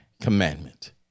commandment